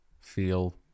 feel